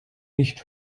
nicht